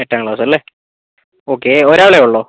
എട്ടാം ക്ലാസ്സല്ലേ ഓക്കേ ഒരാളേ ഉള്ളോ